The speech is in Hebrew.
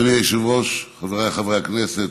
אדוני היושב-ראש, חבריי חברי הכנסת,